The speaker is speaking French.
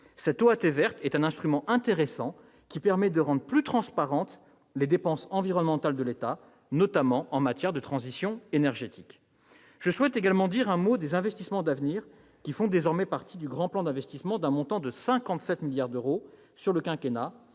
L'OAT verte est un instrument intéressant qui permet de rendre plus transparentes les dépenses environnementales de l'État, notamment en matière de transition énergétique. Je souhaite également dire un mot des investissements d'avenir, qui font désormais partie du Grand Plan d'investissement d'un montant de 57 milliards d'euros sur le quinquennat